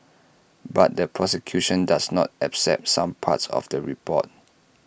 but the prosecution does not accept some parts of the report